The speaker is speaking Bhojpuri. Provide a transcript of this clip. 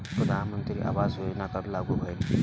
प्रधानमंत्री आवास योजना कब लागू भइल?